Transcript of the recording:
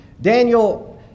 Daniel